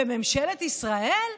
וממשלת ישראל?